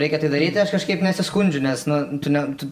reikia tai daryti aš kažkaip nesiskundžiu nes na tu ne tu